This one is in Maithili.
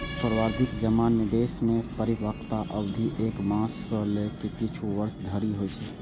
सावाधि जमा निवेश मे परिपक्वता अवधि एक मास सं लए के किछु वर्ष धरि होइ छै